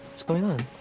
what's going on?